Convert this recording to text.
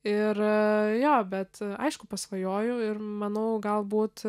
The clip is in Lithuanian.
ir jo bet aišku pasvajoju ir manau galbūt